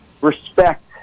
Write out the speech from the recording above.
respect